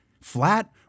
flat